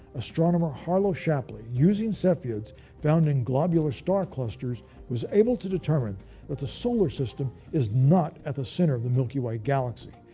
astronomer harlow shapley, using cepheids found in globular star clusters, was able to determine that the solar system is not at the center of the milky way galaxy,